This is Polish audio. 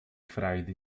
frajdy